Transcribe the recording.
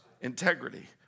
Integrity